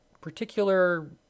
particular